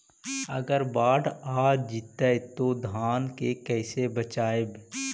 अगर बाढ़ आ जितै तो धान के कैसे बचइबै?